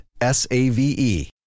S-A-V-E